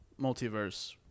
multiverse